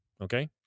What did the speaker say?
Okay